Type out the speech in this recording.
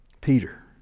Peter